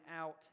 out